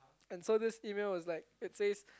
and so this email was like it said